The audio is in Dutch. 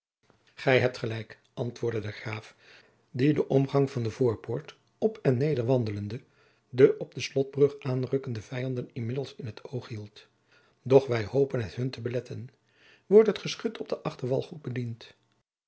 gij hebt gelijk antwoordde de graaf die den omgang van de voorpoort op en neder wandelende de op de slotbrug aanrukkende vijanden inmiddels in t oog hield doch wij hopen het hun te beletten wordt het geschut op den achterwal goed bediend